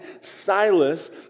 Silas